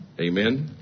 Amen